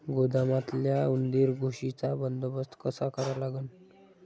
गोदामातल्या उंदीर, घुशीचा बंदोबस्त कसा करा लागन?